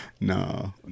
No